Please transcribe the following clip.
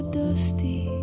dusty